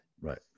Right